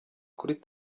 kuri